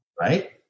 Right